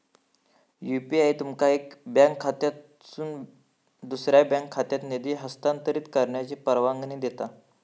UPI तुमका एका bank खात्यातसून दुसऱ्यो बँक खात्यात निधी हस्तांतरित करण्याची परवानगी देता